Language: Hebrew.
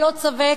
ללא ספק,